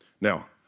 Now